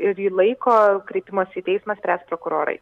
ir į laiko kreipimąsi į teismą spręs prokurorai